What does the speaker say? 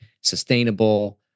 sustainable